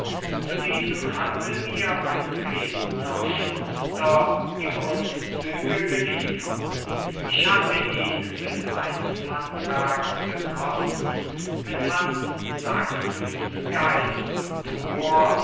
zu diesem hatte mir mein dresdner schuster die grundzüge geliefert ich hatte ihn mit eines handwerksgenossen mit hans sachsens geist und humor